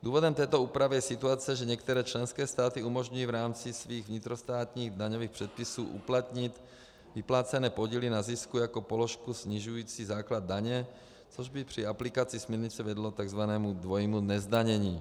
Důvodem této úpravy je situace, že některé členské státy umožňují v rámci svých vnitrostátních daňových předpisů uplatnit vyplácené podíly na zisku jako položku snižující základ daně, což by při aplikaci směrnice vedlo k tzv. dvojímu nezdanění.